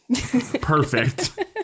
perfect